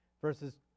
verses